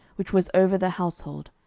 which was over the household,